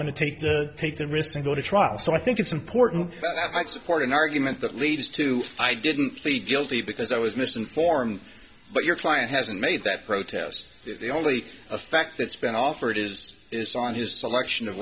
going to take the take the risks and go to trial so i think it's important that i support an argument that leads to i didn't plead guilty because i was misinformed but your client hasn't made that protest the only effect that's been offered is it's on his selection of